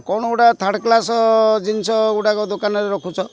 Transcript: କ'ଣ ଗୋଟା third class ଜିନିଷ ଗୁଡ଼ାକ ଦୋକାନରେ ରଖୁଛ